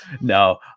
No